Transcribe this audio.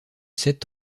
sept